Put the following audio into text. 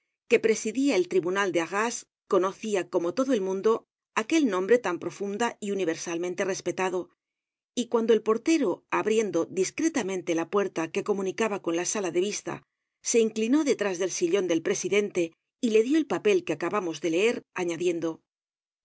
que presidia el tribunal de arras conocia como todo el mundo aquel nombre tan profunda y universalmente respetado y cuando el portero abriendo discretamente la puerta que comunicaba con la sala de vista se inclinó detrás del sillon del presidente y le dió el papel que acabamos de leer añadiendo este